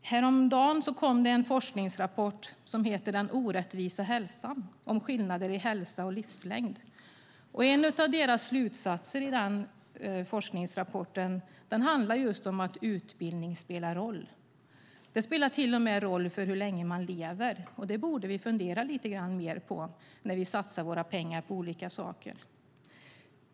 Häromdagen kom en forskningsrapport som heter Den orättvisa hälsan - om skillnader i hälsa och livslängd . En av slutsatserna i denna forskningsrapport är just att utbildning spelar roll. Den spelar till och med roll för hur länge man lever. Det borde vi fundera lite mer på när vi satsar våra pengar på olika saker.